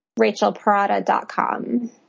rachelparada.com